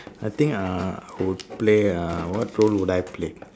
I think uh I would play ah what role would I play